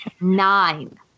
nine